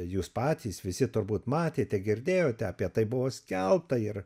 jūs patys visi turbūt matėte girdėjote apie tai buvo skelbta ir